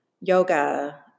yoga